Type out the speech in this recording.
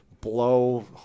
blow